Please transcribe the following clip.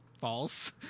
false